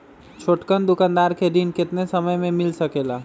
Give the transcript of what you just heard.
छोटकन दुकानदार के ऋण कितने समय मे मिल सकेला?